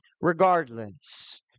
regardless